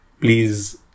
please